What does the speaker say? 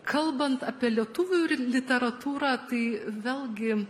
kalbant apie lietuvių literatūrą tai vėlgi